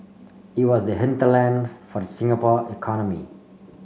it was the hinterland for the Singapore economy